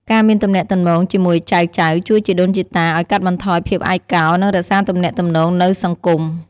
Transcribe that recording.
ការមានទំនាក់ទំនងជាមួយចៅៗជួយជីដូនជីតាឲ្យកាត់បន្ថយភាពឯកោ និងរក្សាទំនាក់ទំនងនៅសង្គម។